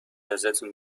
ازتون